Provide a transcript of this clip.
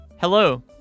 Hello